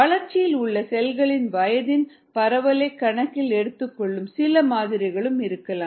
வளர்ச்சியில் உள்ள செல்களின் வயதின் பரவலைக் கணக்கில் எடுத்துக் கொள்ளும் சில மாதிரிகள் இருக்கலாம்